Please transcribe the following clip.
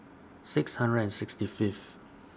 six hundred and sixty Fifth